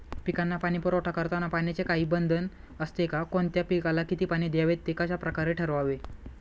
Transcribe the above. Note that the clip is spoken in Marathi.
पिकांना पाणी पुरवठा करताना पाण्याचे काही बंधन असते का? कोणत्या पिकाला किती पाणी द्यावे ते कशाप्रकारे ठरवावे?